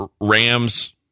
Rams